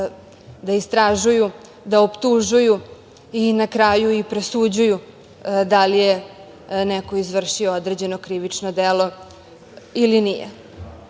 da istražuju, da optužuju i na kraju i presuđuju da li je neko izvršio određeno krivično delo ili nije.